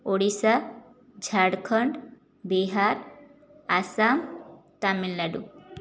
Odisha Jharkhand Bihar Assam Tamil Nadu